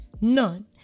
none